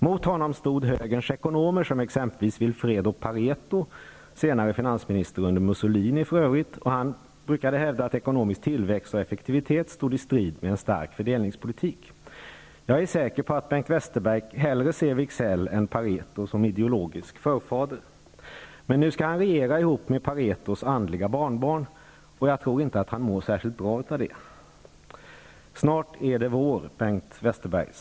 Mot honom stod högerns ekonomer, som exempelvis Vilfredo Pareto -- för övrigt senare finansminister under Mussolini -- som hävdade att ekonomisk tillväxt och effektivitet stod i strid med en stark fördelningspolitik. Jag är säker på att Bengt Westerberg hellre ser Wicksell än Pareto som ideologisk förfader. Man nu skall han regera ihop med Paretos andliga barnbarn, och jag tror inte att han mår särskilt bra av det. Snart är det vår, Bengt Westerberg.